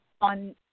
on